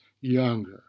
younger